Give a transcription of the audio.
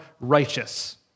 righteous